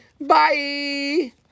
bye